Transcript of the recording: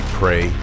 pray